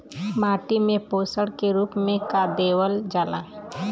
माटी में पोषण के रूप में का देवल जाला?